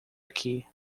aqui